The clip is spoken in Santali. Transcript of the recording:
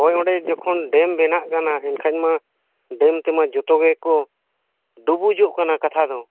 ᱦᱳᱭ ᱚᱸᱰᱮ ᱡᱚᱠᱷᱚᱱ ᱰᱮᱢ ᱵᱮᱱᱟᱜ ᱠᱟᱱᱟ ᱮᱱᱠᱷᱟᱱ ᱢᱟ ᱰᱮᱢ ᱛᱮᱢᱟ ᱡᱚᱛᱚ ᱜᱮᱠᱚ ᱰᱩᱵᱩᱡᱚᱜ ᱠᱟᱱᱟ ᱠᱟᱛᱷᱟ ᱫᱚ